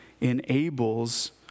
enables